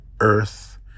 earth